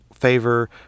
favor